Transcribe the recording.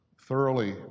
thoroughly